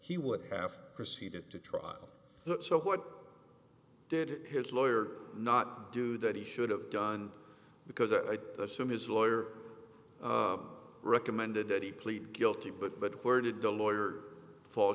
he would have proceeded to trial so what did his lawyer not do that he should have done because i assume his lawyer recommended did he plead guilty but but where did the lawyer fall